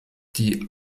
die